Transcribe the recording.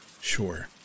Sure